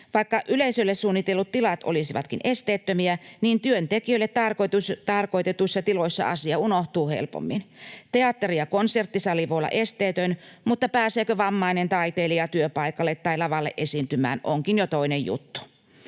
Vaikka yleisölle suunnitellut tilat olisivatkin esteettömiä, niin työntekijöille tarkoitetuissa tiloissa asia unohtuu helpommin. Teatteri- ja konserttisali voi olla esteetön, mutta pääseekö vammainen taiteilija työpaikalle tai lavalle esiintymään, onkin jo toinen juttu.